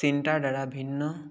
চিন্তাৰ দ্বাৰা ভিন্ন